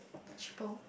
cheaper